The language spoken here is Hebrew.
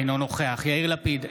אינו נוכח יאיר לפיד,